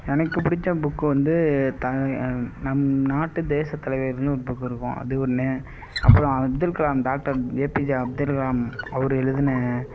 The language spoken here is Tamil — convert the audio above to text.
எனக்கு பிடித்த புக்கு வந்து த நம் நாட்டு தேசத்தலைவர்கள்னு ஒரு புக்கு இருக்கும் அது ஒன்று அப்புறம் அப்துல்கலாம் டாக்டர் ஏபிஜே அப்துல்கலாம் அவர் எழுதின